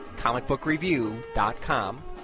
comicbookreview.com